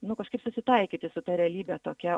nu kažkaip susitaikyti su ta realybe tokia